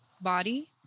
body